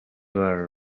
were